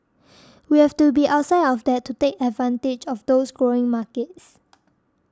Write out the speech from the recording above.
we have to be outside of that to take advantage of those growing markets